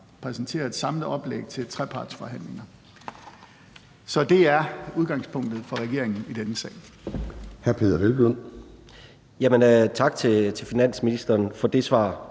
præsentere et samlet oplæg til trepartsforhandlinger. Så det er udgangspunktet for regeringen i denne sag.